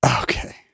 Okay